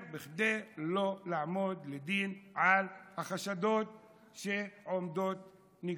זמן כדי לא לעמוד לדין על החשדות שעומדות נגדו,